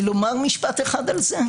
אומר משפט אחד על זה?